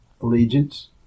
allegiance